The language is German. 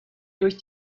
durch